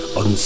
on